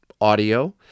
audio